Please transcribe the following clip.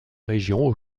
région